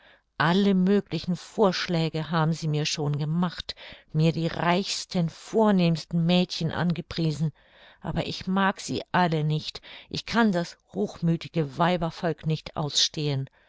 alle möglichen vorschläge haben sie mir schon gemacht mir die reichsten vornehmsten mädchen angepriesen aber ich mag sie alle nicht ich kann das hochmüthige weibervolk nicht ausstehen